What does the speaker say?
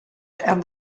and